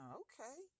okay